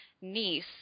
niece